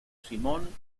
simón